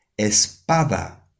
espada